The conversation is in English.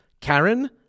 Karen